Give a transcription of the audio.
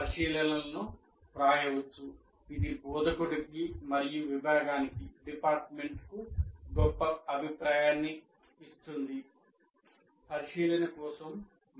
పరిశీలన కోసం మరో అభిప్రాయం ఉంది